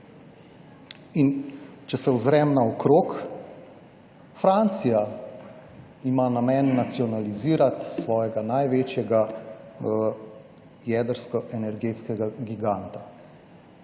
če se ozrem naokrog, Francija ima namen nacionalizirati svojega največjega jedrsko energetskega giganta.